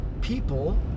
people